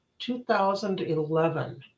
2011